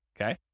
Okay